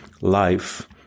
life